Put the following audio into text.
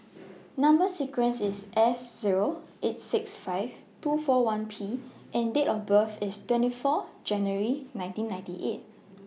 Number sequence IS S Zero eight six five two four one P and Date of birth IS twenty four January nineteen ninety eight